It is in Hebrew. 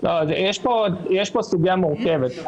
יש פה סוגיה מורכבת.